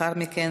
לאחר מכן,